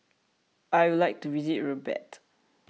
I'd like to visit Rabat